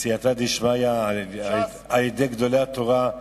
בסייעתא דשמיא, על-ידי גדולי התורה,